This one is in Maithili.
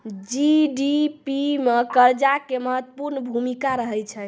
जी.डी.पी मे कर्जा के महत्वपूर्ण भूमिका रहै छै